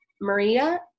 Maria